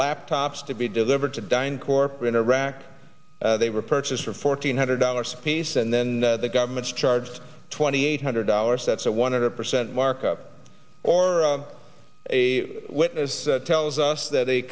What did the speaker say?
laptops to be delivered to dine corp in iraq they were purchased for four hundred dollars a piece and then the government charged twenty eight hundred dollars that's a one hundred percent markup or a witness tells us that a